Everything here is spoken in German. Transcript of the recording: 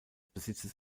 besitzes